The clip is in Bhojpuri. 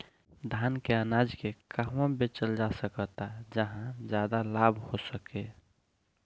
धान के अनाज के कहवा बेचल जा सकता जहाँ ज्यादा लाभ हो सके?